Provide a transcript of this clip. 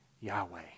Yahweh